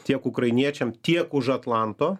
tiek ukrainiečiam tiek už atlanto